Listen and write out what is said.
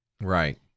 Right